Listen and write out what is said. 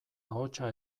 ahotsa